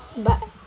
but